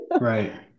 Right